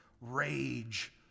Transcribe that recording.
Rage